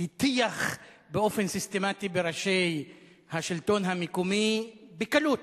הטיח באופן סיסטמטי בראשי השלטון המקומי בקלות.